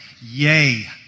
Yay